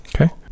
Okay